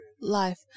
life